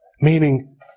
Meaning